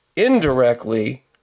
indirectly